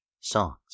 Songs